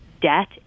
debt